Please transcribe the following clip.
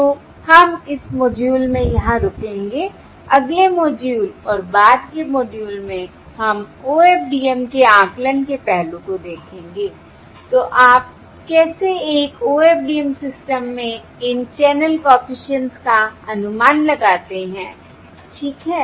तो हम इस मॉड्यूल में यहां रुकेंगे अगले मॉड्यूल और बाद के मॉड्यूल में हम OFDM के आकलन के पहलू को देखेंगे तो आप कैसे एक OFDM सिस्टम में इन चैनल कॉफिशिएंट्स का अनुमान लगाते हैं ठीक है